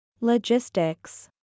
Logistics